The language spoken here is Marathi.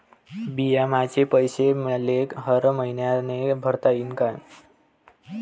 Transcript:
बिम्याचे पैसे मले हर मईन्याले भरता येईन का?